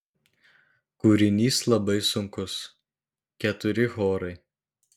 kūrinys labai sunkus keturi chorai